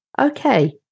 okay